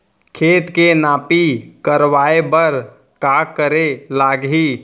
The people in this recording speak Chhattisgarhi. खेत के नापी करवाये बर का करे लागही?